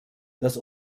das